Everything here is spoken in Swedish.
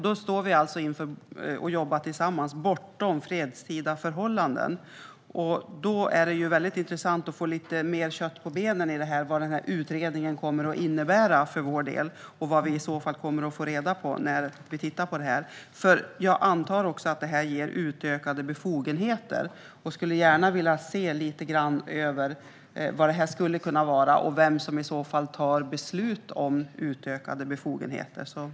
Då står vi alltså och jobbar tillsammans bortom fredstida förhållanden. Det är därför intressant att få lite mer kött på benen. Vad kommer utredningen att innebära för vår del, och vad kommer vi att få reda på när vi tittar på detta? Jag antar att det här också ger utökade befogenheter, och jag skulle gärna vilja se vad det skulle kunna vara och vem som i så fall fattar beslut om utökade befogenheter.